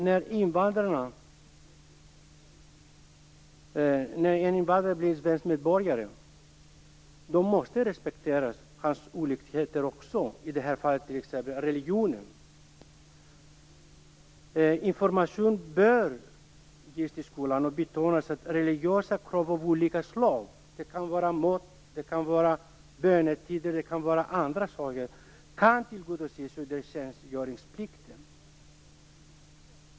När en invandrare blir svensk medborgare måste hans olikheter också respekteras. Det kan t.ex. vara religionen. Information bör ges i skolan där det betonas att religiösa krav av olika slag, det kan vara mat, bönetider eller annat, kan tillgodoses under tjänstgöringsplikten.